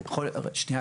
שנייה,